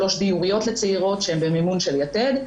שלוש דיוריות לצעירות שהן במימון של "יתד",